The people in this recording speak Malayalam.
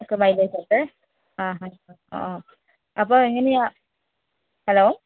ഒക്കെ മൈലേജ് ഉണ്ട് ആ ആ ആ ആ അപ്പോൾ എങ്ങനെയാ ഹലോ